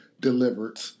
delivered